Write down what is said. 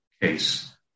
case